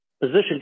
position